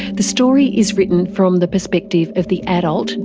the story is written from the perspective of the adult,